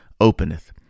openeth